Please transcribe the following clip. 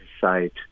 site